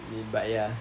eh but ya